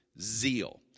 zeal